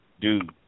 dude